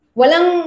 walang